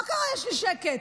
מה קרה שיש לי שקט?